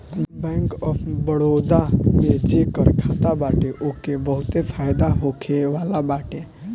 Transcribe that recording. bank of Baroda में जेकर खाता बाटे ओके बहुते फायदा होखेवाला बाटे